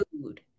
food